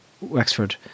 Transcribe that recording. Wexford